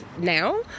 now